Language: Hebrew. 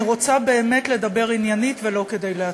אני רוצה באמת לדבר עניינית, ולא כדי להתריס.